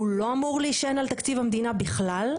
הוא לא אמור להישען על תקציב המדינה בכלל,